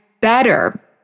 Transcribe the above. better